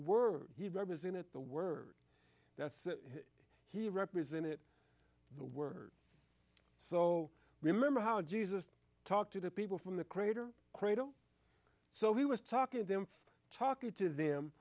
word he represented the word that he represented the word so remember how jesus talked to the people from the crater cradle so he was talking to them talking to them